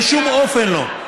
בשום אופן לא,